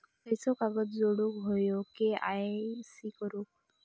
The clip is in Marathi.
खयचो कागद जोडुक होयो के.वाय.सी करूक?